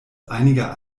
einiger